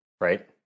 right